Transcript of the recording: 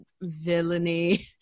villainy